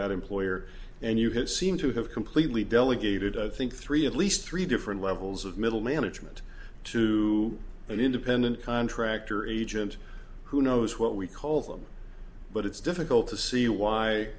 that employer and you have seemed to have completely delegated i think three at least three different levels of middle management to an independent contractor agent who knows what we call them but it's difficult to see why